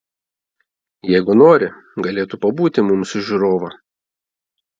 jeigu nori galėtų pabūti mums už žiūrovą